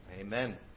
Amen